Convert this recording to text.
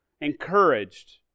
encouraged